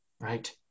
right